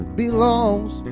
belongs